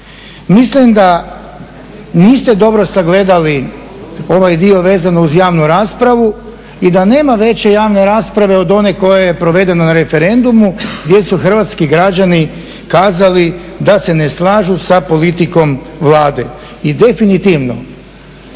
Mislim da niste dobro sagledali ovaj dio vezano uz javnu raspravu i da nema veće javne rasprave od one koja je provedena na referendumu gdje su hrvatski građani kazali da se ne slažu sa politikom Vlade. I definitivno,